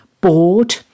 bored